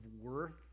worth